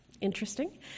interesting